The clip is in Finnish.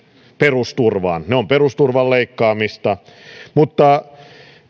perusturvaan ne ovat perusturvan leikkaamista mutta